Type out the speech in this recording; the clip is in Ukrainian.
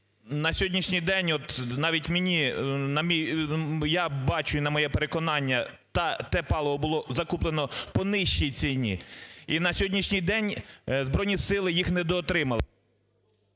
на сьогоднішній день от мені… я бачу і на моє переконання, те паливо було закуплено по нижчій ціні. І на сьогоднішній день Збройні Сили їх недоотримали.